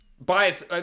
bias